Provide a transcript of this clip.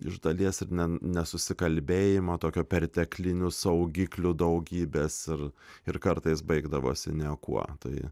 iš dalies ir nesusikalbėjimo tokio perteklinių saugiklių daugybės ir ir kartais baigdavosi niekuo tai